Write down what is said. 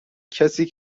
کسی